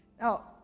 Now